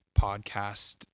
podcast